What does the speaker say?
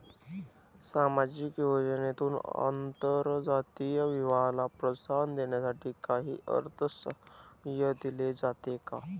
सामाजिक योजनेतून आंतरजातीय विवाहाला प्रोत्साहन देण्यासाठी काही अर्थसहाय्य दिले जाते का?